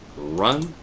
run.